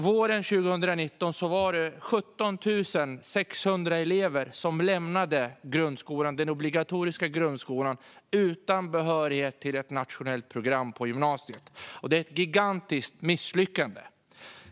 Våren 2019 lämnade 17 600 elever den obligatoriska grundskolan utan behörighet till ett nationellt program på gymnasiet. Det är ett gigantiskt misslyckande.